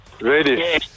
Ready